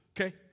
Okay